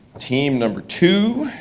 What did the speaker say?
team number two.